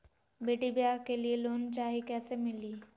बेटी ब्याह के लिए लोन चाही, कैसे मिली?